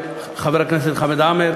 חמד עמאר,